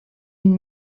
une